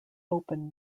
open